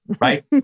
right